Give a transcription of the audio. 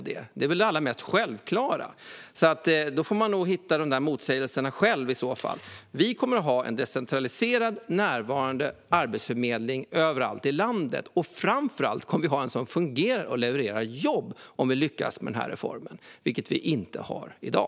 Det är väl självklart att vi reagerar. Man får själv hitta motsägelserna. Vi kommer att ha en decentraliserad, närvarande arbetsförmedling överallt i landet. Framför allt kommer vi att ha en som fungerar och levererar jobb, om vi lyckas med reformen. Så är det inte i dag.